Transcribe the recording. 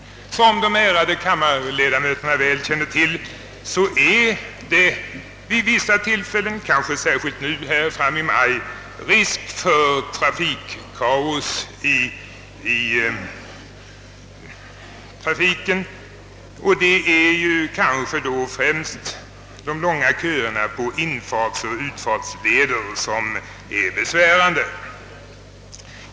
Som de ärade kammarledamöterna väl känner till föreligger det vid vissa tillfällen — och kanske särskilt nu i maj — risk för trafikkaos. Det är främst de långa köerna på infartsoch utfartslederna som är besvärande.